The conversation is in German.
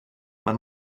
man